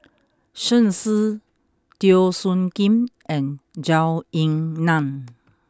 Shen Xi Teo Soon Kim and Zhou Ying Nan